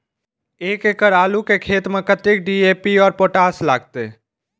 एक एकड़ आलू के खेत में कतेक डी.ए.पी और पोटाश लागते?